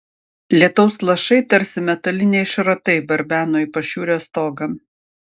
lietaus lašai tarsi metaliniai šratai barbeno į pašiūrės stogą